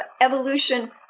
evolution